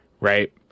Right